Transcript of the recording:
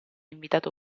invitato